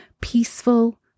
peaceful